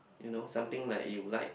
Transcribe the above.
you know something like you like